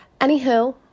Anywho